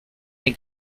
den